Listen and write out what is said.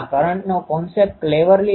તો હવે ચાલો રેફરન્સ એન્ટેના ક્ષેત્ર લખીએ